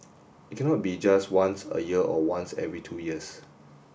it cannot be just once a year or once every two years